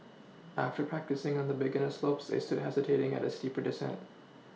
after practising on the beginner slopes they stood hesitating at a steeper descent